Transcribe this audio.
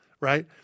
right